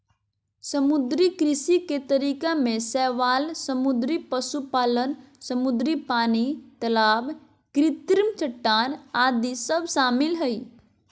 समुद्री कृषि के तरीका में शैवाल समुद्री पशुपालन, समुद्री पानी, तलाब कृत्रिम चट्टान आदि सब शामिल हइ